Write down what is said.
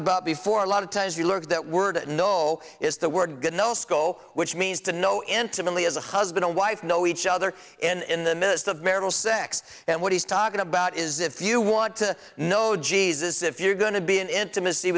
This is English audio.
about before a lot of times you look at that word nolle is the word good no sco which means to know intimately as a husband and wife know each other in the midst of marital sex and what he's talking about is if you want to know jesus if you're going to be an intimacy